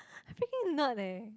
I freaking nerd eh